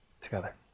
together